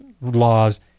laws